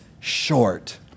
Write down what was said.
short